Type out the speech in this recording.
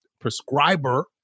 prescriber